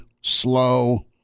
slow